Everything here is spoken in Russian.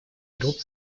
групп